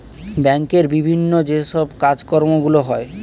ব্যাংকের বিভিন্ন যে সব কাজকর্মগুলো হয়